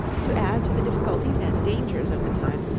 to add to the difficulties and dangers of the time,